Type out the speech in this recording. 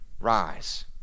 rise